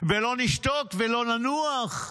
ו"לא נשתוק ולא ננוח".